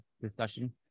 discussion